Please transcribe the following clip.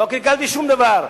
לא קלקלתי שום דבר.